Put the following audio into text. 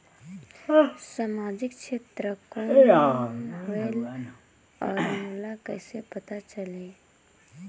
समाजिक क्षेत्र कौन होएल? और मोला कइसे पता चलही?